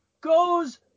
goes